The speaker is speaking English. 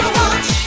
watch